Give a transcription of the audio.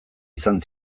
izan